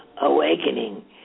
awakening